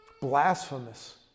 blasphemous